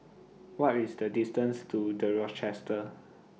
What IS The distance to The Rochester